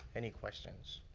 any questions?